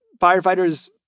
firefighters